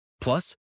Plus